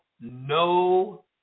no